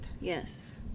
Yes